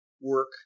work